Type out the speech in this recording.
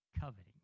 coveting